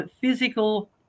physical